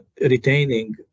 retaining